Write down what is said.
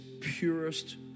purest